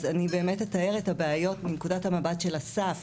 אז אני באמת אתאר את הבעיות מנקודת המבט של א.ס.ף.,